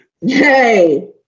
Yay